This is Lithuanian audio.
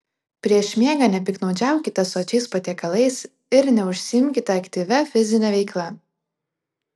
prieš miegą nepiktnaudžiaukite sočiais patiekalais ir neužsiimkite aktyvia fizine veikla